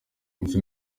ese